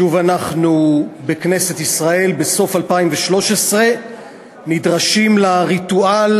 שוב אנחנו בכנסת ישראל בסוף 2013 נדרשים לריטואל